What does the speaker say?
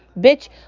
Bitch